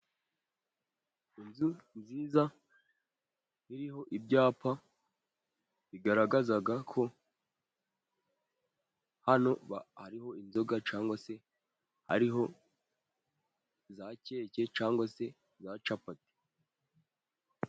Inzu nziza iriho ibyapa bigaragaza ko hano hariho inzoga, cyangwa se hariho za keke, cyangwa se za capati.